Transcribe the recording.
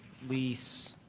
lease?